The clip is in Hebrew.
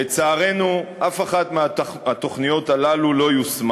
לצערנו, אף אחת מהתוכניות האלה לא יושמה.